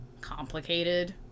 complicated